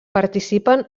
participen